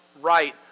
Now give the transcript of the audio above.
right